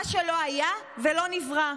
מה שלא היה ולא נברא.